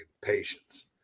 patience